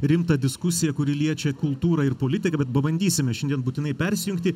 rimtą diskusiją kuri liečia kultūrą ir politiką bet pabandysime šiandien būtinai persijungti